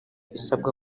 isabwa